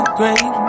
great